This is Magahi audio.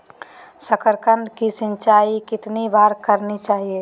साकारकंद की सिंचाई कितनी बार करनी चाहिए?